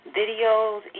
videos